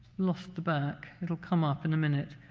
lost the back. it'll come up in a minute.